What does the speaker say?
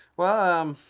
well, um